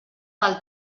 del